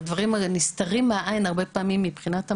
דברים הרי נסתרים מהעין הרבה פעמים, מבחינת המדע,